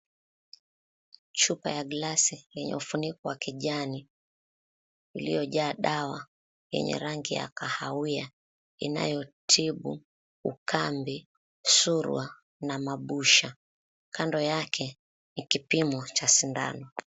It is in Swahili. Chupa ya glasi yenye ufuniko wa kijani uliojaa dawa yenye rangi ya kahawia inayotibu ukambe, surua na mabusha. Kando yake ni kipimo cha sindano.